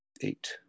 Eight